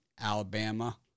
Alabama